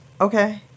okay